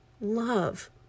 love